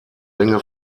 länge